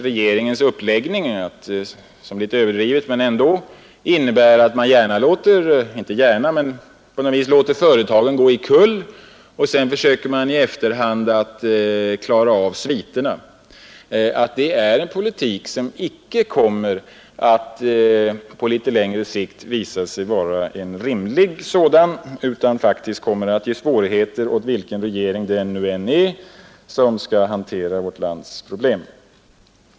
Regeringens uppläggning kan sägas innebära att man låter företag gå omkull och sedan i efterhand söker klara av sviterna. Det är på litet längre sikt inte någon rimlig politik; den kommer att förorsaka svårigheter för vilken regering det än är som skall hantera vårt lands problem.